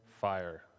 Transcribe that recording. fire